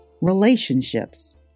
relationships